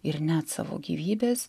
ir net savo gyvybės